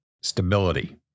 stability